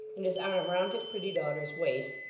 and his arm round his pretty daughter's waist,